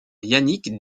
yannick